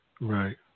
Right